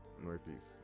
Northeast